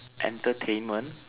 entertainment